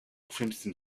crimson